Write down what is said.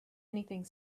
anything